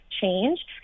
change